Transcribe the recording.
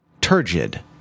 Turgid